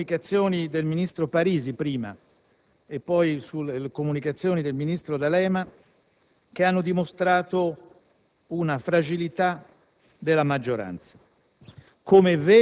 sulle comunicazioni del ministro Parisi prima, e poi sulle comunicazioni del ministro D'Alema, che hanno dimostrato una fragilità della maggioranza;